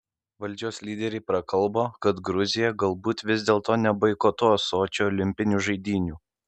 valdžios lyderiai prakalbo kad gruzija galbūt vis dėlto neboikotuos sočio olimpinių žaidynių